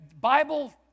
Bible